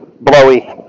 blowy